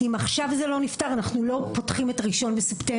אם זה לא נפתר עכשיו אנחנו לא פותחים את 1 בספטמבר,